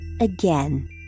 again